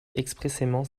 expressément